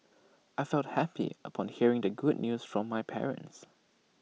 I felt happy upon hearing the good news from my parents